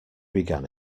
began